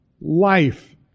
life